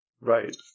Right